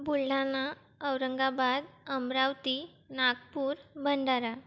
Buldhana Aurangabad Amravati Nagpur Bhandara